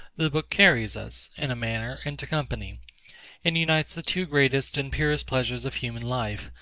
the book carries us, in a manner, into company and unites the two greatest and purest pleasures of human life,